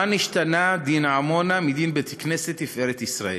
מה נשתנה דין עמונה מדין בית-הכנסת "תפארת ישראל"?